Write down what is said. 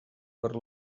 per